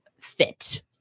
fit